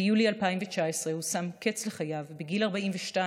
ביולי 2019 הוא שם קץ לחייו בגיל 42,